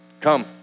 come